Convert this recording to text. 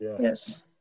Yes